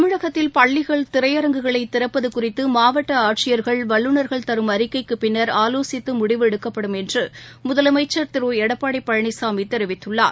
தமிழகத்தில் பள்ளிகள் திரையரங்குகளை திறப்பது குறித்து மாவட்ட ஆட்சியர்கள் வல்லுநர்கள் தரும் அறிக்கைக்கு பின்னர் ஆவோசித்து முடிவு எடுக்கப்படும் என்று முதலமைச்சர் திரு எடப்பாடி பழனிசாமி தெரிவித்துள்ளார்